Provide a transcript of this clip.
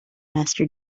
master